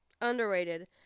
Underrated